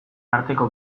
arteko